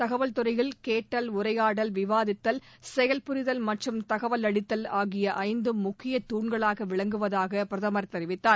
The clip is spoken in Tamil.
தகவல் துறையில் கேட்டல் உரையாடல் விவாதித்தல் செயல்புரிதல் மற்றும் தகவல் அளித்தல் ஆகிய ஐந்தும் முக்கிய தூண்களாக விளங்குவதாக பிரதமர் தெரிவித்தார்